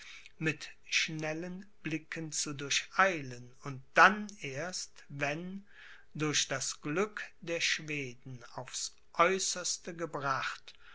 mit schnellen blicken zu durcheilen und dann erst wenn durch das glück der schweden aufs aeußerste gebracht